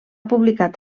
publicat